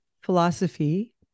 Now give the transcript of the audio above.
philosophy